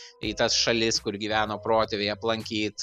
į tas šalis kur gyveno protėviai aplankyt